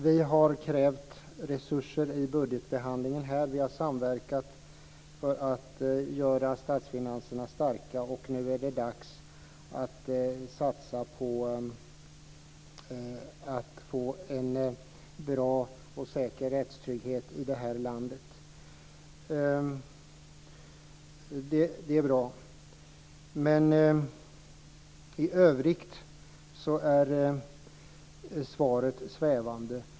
Vi har krävt resurser i budgetbehandlingen och samverkat för att göra statsfinanserna starka, och nu är det dags att satsa på att få en bra och säker rättstrygghet i det här landet. Det är bra. I övrigt är svaret svävande.